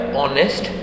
honest